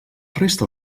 resta